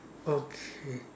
okay